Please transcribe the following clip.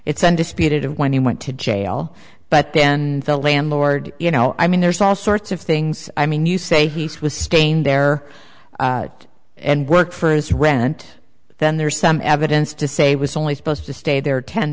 it's undisputed when he went to jail but then felt landlord you know i mean there's all sorts of things i mean you say he's was staying there and work for his rent but then there's some evidence to say was only supposed to stay there ten